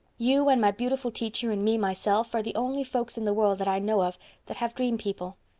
you and my beautiful teacher and me myself are the only folks in the world that i know of that have dream-people.